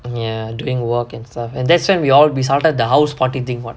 ya doing work and stuff and that's when we all we started the house party thing [what]